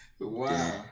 Wow